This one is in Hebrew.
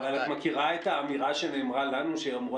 את מכירה את האמירה שנאמרה לנו שאמורה